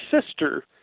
sister